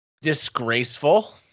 disgraceful